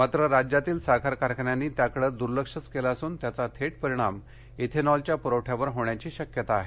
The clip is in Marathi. मात्र राज्यातील साखर कारखान्यांनी त्याकडे दुर्लक्षच केलं असून त्याचा थेट परिणाम इथेनॉलच्या पुरवठ्यावर होण्याची शक्यता आहे